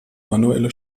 manuelle